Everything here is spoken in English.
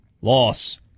loss